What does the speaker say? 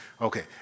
okay